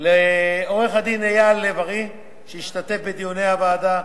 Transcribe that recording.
לעורך-דין אייל לב-ארי, שהשתתף בדיוני הוועדה,